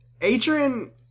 adrian